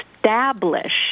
establish